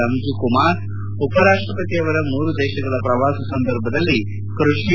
ಅಂಜುಕುಮಾರ್ ಉಪರಾಷ್ವ ಪತಿ ಅವರ ಮೂರು ದೇಶಗಳ ಪ್ರವಾಸ ಸಂದರ್ಭದಲ್ಲಿ ಕೃಷಿ